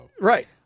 Right